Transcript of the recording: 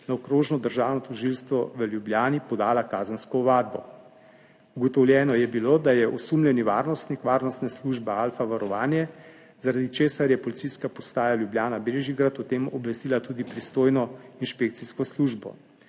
na Okrožno državno tožilstvo v Ljubljani podala kazensko ovadbo. Ugotovljeno je bilo, da je osumljeni varnostnik varnostne službe Alfa varovanje, zaradi česar je Policijska postaja Ljubljana Bežigrad o tem obvestila tudi pristojno inšpekcijsko službo.